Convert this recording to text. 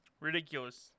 Ridiculous